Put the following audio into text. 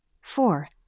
Four